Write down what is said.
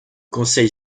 conseil